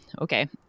Okay